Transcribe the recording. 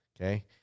Okay